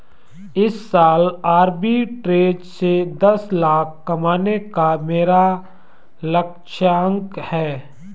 इस साल आरबी ट्रेज़ से दस लाख कमाने का मेरा लक्ष्यांक है